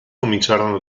cominciarono